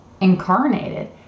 incarnated